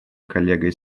коллегой